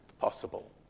possible